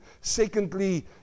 Secondly